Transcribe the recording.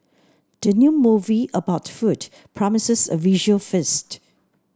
the new movie about food promises a visual feast